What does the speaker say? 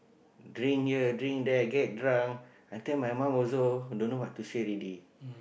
drink here drink there get drunk until my mum also don't know what to say already